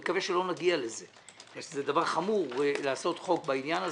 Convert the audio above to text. אני מקווה שלא נגיע לזה בגלל שזה דבר חמור לעשות חוק בעניין הזה,